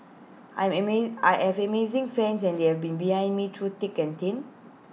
I'm amaze I have amazing fans and they've been behind me through thick and thin